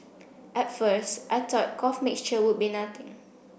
at first I thought cough mixture would be nothing